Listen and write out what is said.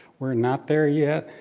we're not there yet,